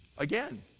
Again